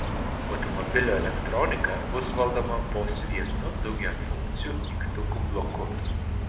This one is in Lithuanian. automobilio elektronika bus valdoma vos vienu daugiafunkciu mygtukų bloku